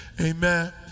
Amen